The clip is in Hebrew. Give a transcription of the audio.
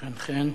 חן-חן.